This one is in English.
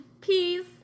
Peace